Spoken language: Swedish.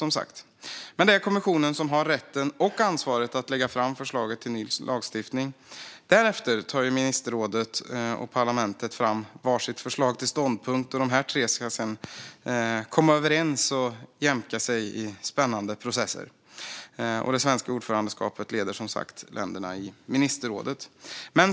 Men det är kommissionen som har rätten och ansvaret att lägga fram förslaget till ny lagstiftning. Därefter tar ministerrådet och parlamentet fram varsitt förslag till ståndpunkt. Dessa tre ska därefter komma överens och jämka sig i spännande processer. Det svenska ordförandeskapet leder som sagt länderna i ministerrådet.